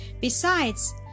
Besides